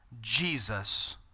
Jesus